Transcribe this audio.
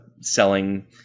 selling